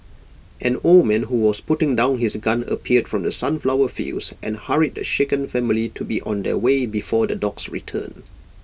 an old man who was putting down his gun appeared from the sunflower fields and hurried the shaken family to be on their way before the dogs return